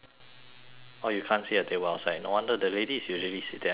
oh you can't see the table outside no wonder the lady is usually sitting at the table outside